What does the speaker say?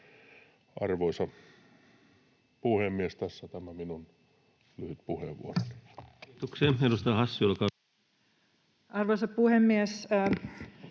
Arvoisa puhemies, tässä tämä minun lyhyt puheenvuoroni. [Speech